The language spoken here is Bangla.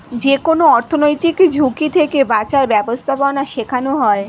যেকোনো অর্থনৈতিক ঝুঁকি থেকে বাঁচার ব্যাবস্থাপনা শেখানো হয়